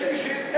שאלה, מכובדי.